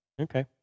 Okay